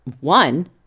one